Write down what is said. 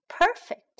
Perfect